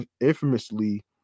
infamously